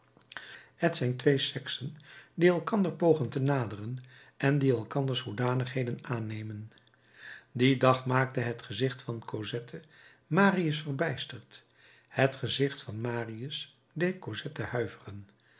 t zijn twee seksen die elkander pogen te naderen en die elkanders hoedanigheden aannemen dien dag maakte het gezicht van cosette marius verbijsterd het gezicht van marius deed cosette huiveren